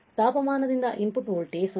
ತಾಪಮಾನದಿಂದಾಗಿ input voltage 0